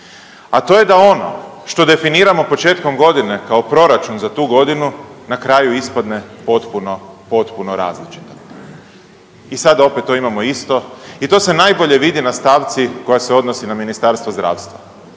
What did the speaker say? a to je da ono što definiramo početkom godine kao proračun za tu godinu na kraju ispadne potpuno, potpuno različito. I sada opet to imamo isto i to se najbolje vidi na stavci koja se odnosi na Ministarstvo zdravstva.